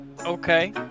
okay